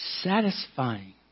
satisfying